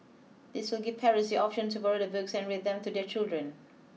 this will give parents the option to borrow the books and read them to their children